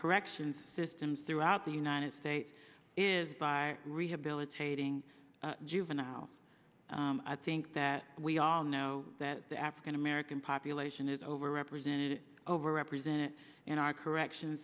corrections systems throughout the united states is by rehabilitating juvenile i think that we all know that the african american population is over represented over represented in our correction